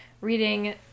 reading